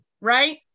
Right